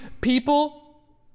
people